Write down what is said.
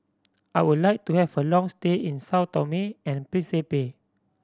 I would like to have a long stay in Sao Tome and Principe